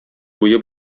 буе